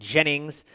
Jennings